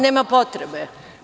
Nema potrebe.